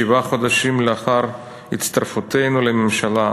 שבעה חודשים לאחר הצטרפותנו לממשלה,